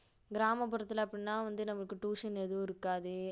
கிராமப்புறத்தில் அப்படின்னா வந்து நமக்கு ட்யூஷன் எதுவும் இருக்காது